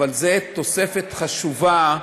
אבל זו תוספת חשובה,